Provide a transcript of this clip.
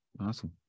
Awesome